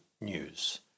news